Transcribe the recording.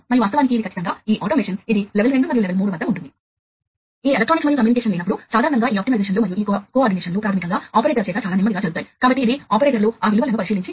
మరియు ఈ రేఖాచిత్రం చూపిస్తుంది కానీ ఆ సమయంలో మీకు అలాంటి వేలాది పరికరాలు ఉన్నప్పుడు ఈ ప్రతికూలత ప్రధానమైనది అవుతుందని నా ఉద్దేశ్యం